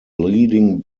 leading